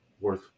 worth